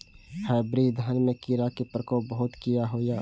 Hybrid धान में कीरा के प्रकोप बहुत किया होया?